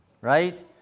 right